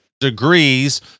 degrees